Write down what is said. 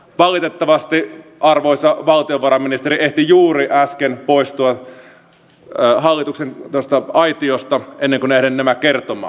valitettavasti arvoisa valtiovarainministeri ehti juuri äsken poistua hallituksen aitiosta ennen kuin ehdin nämä kertomaan